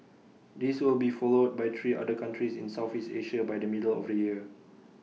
this will be followed by three other countries in Southeast Asia by the middle of the year